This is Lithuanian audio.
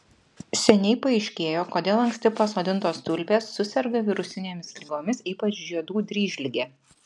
seniai paaiškėjo kodėl anksti pasodintos tulpės suserga virusinėmis ligomis ypač žiedų dryžlige